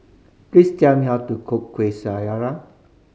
please tell me how to cook Kuih Syara